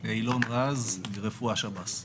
אילון רז, מרפואה שב"ס.